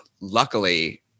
luckily